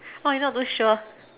oh you not too sure